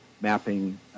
mapping